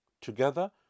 together